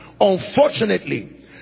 unfortunately